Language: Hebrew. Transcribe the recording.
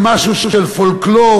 למשהו של פולקלור,